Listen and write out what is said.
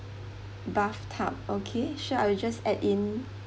bathtub okay sure I'll just add in